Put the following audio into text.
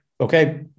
Okay